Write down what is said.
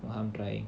I'm trying